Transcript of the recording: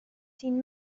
seen